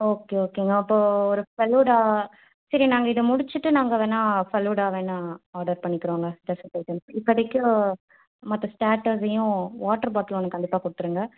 okay ஓகேங்க அப்போது ஒரு ஃபளுடா சரி நாங்கள் இதை முடிச்சுட்டு நாங்கள் வேணால் ஃபளுடா வேணால் ஆர்டர் பண்ணிக்கிறோங்க டெஸர்ட் ஐட்டம்ஸ் இப்போதிக்கி மற்ற ஸ்டாட்ஸையும் வாட்டர் பாட்லு ஒன்று கண்டிப்பாக கொடுத்துருங்க